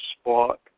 spot